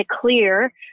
clear